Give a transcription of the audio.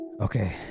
okay